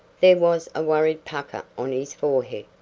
there was a worried pucker on his forehead,